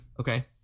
Okay